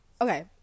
Okay